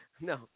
No